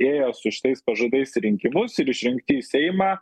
ėjo su šitais pažadais į rinkimus ir išrinkti į seimą